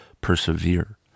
persevere